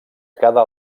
cada